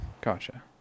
Gotcha